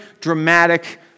dramatic